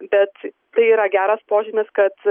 bet tai yra geras požymis kad